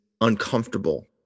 uncomfortable